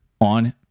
on